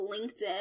LinkedIn